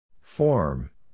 Form